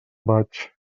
vaig